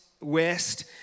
west